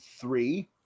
three